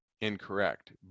incorrect